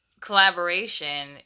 collaboration